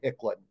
Hicklin